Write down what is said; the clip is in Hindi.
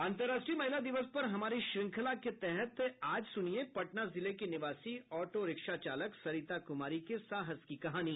अंतर्राष्ट्रीय महिला दिवस पर हमारी श्रृंखला के तहत और आज सुनिये पटना जिले की निवासी ऑटोरिक्शा चालक सरिता कुमारी के साहस की कहानी